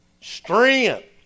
Strength